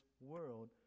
world